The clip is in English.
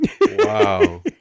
wow